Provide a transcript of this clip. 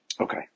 Okay